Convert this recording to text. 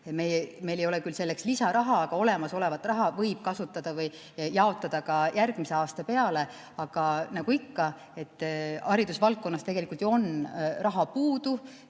Meil ei ole küll selleks lisaraha, aga olemasolevat raha võib kasutada või jaotada ka järgmise aasta peale. Aga nagu ikka, haridusvaldkonnas on tegelikult ju raha puudu,